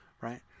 right